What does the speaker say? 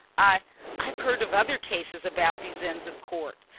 i i've heard of other cases about these inns of court.